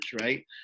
right